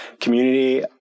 community